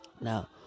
Now